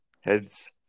Heads